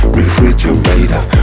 refrigerator